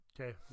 Okay